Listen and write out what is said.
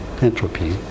Entropy